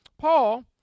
Paul